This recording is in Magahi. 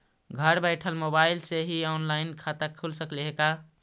घर बैठल मोबाईल से ही औनलाइन खाता खुल सकले हे का?